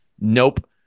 Nope